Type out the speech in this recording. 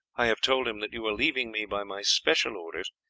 i have told him that you are leaving me by my special orders,